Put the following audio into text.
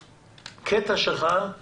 בקטע שלך היה